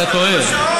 לא, זה תלוי בשעון.